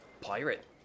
pirate